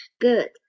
good